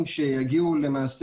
למשל